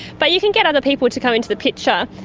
but you can get other people to come into the picture,